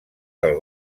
del